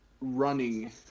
running